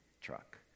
truck